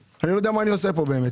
אני לא יודע מה אני עושה פה באמת.